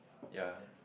ya